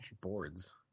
boards